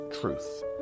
truth